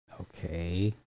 Okay